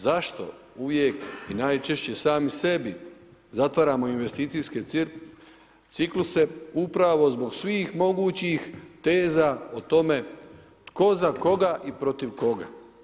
Zašto uvijek i najčešće sami sebi zatvaramo investicijske cikluse upravo zbog svih mogućih teza o tome tko za koga i protiv koga.